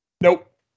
Nope